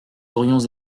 aurions